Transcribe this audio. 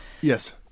Yes